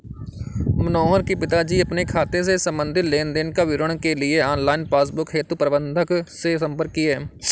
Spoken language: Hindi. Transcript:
मनोहर के पिताजी अपने खाते से संबंधित लेन देन का विवरण के लिए ऑनलाइन पासबुक हेतु प्रबंधक से संपर्क किए